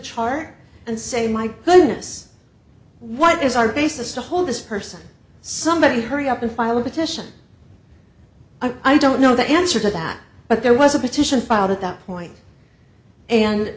chart and say my goodness what is our basis to hold this person somebody hurry up and file a petition i don't know the answer to that but there was a petition filed at that point and